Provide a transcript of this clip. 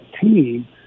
team